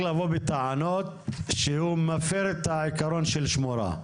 לבוא בטענות שהוא מפר את העיקרון של שמורה?